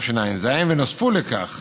בתשע"ז ונוספו לכך